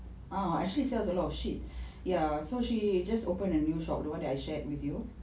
ah actually sells a lot of shit ya so she just opened a new shop the one that I share with you